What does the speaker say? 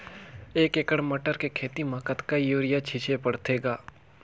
एक एकड़ मटर के खेती म कतका युरिया छीचे पढ़थे ग?